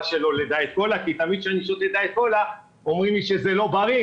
שלו לדיאט קולה כי תמיד כשאני שותה דיאט קולה אומרים לי שזה לא בריא,